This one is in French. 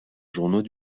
journaux